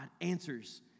answers